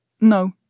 No